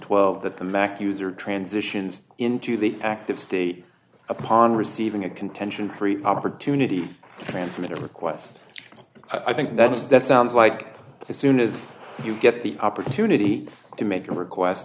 twelve that the mac user transitions into the active state upon receiving a contention free opportunity transmitter request i think that is that sounds like as soon as you get the opportunity to make a request